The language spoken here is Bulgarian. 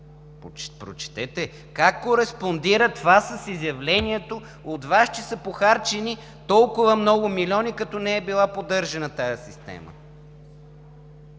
Прочетете как кореспондира това с изявлението от Вас, че са похарчени толкова много милиони, като не е била поддържана тази система?!